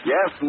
Yes